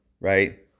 Right